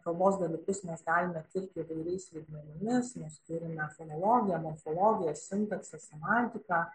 kalbos dalykus mes galime tirti įvairiais lygmenimis mes turime fonologiją morfologiją sintaksę semantiką